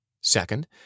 Second